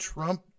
Trump